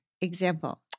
Example